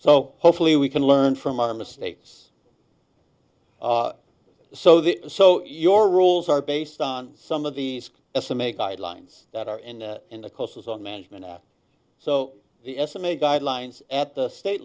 so hopefully we can learn from our mistakes so that so your rules are based on some of these a semi guidelines that are in the in the courses on management so the estimate guidelines at the state